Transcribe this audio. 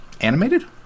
animated